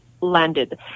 landed